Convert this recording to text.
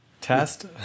test